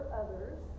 others